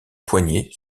poignée